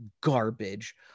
garbage